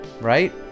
right